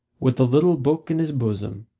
with the little book in his bosom,